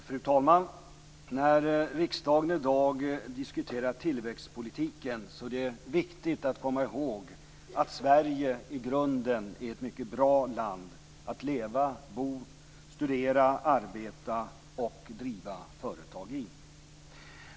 Fru talman! När riksdagen i dag diskuterar tillväxtpolitiken är det viktigt att komma ihåg att Sverige i grunden är ett mycket bra land att leva, bo, studera, arbeta och driva företag i.